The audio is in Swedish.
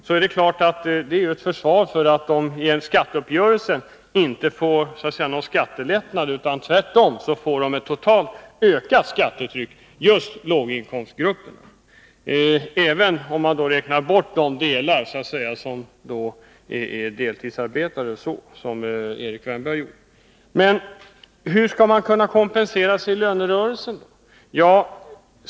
Det är klart att detta är ett försvar för att de i en skatteuppgörelse inte får någon skattelättnad. Tvärtom får de totalt ökat skattetryck, även om man räknar bort dem som är deltidsarbetande, såsom Erik Wärnberg gjorde. Men hur skall man kunna kompensera sig i lönerörelser?